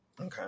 okay